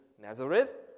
Nazareth